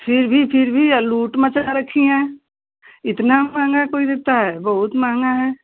फिर भी फिर भी लूट मचा रखी है इतना महंगा कोई देता है बहुत महंगा है